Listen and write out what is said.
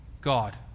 God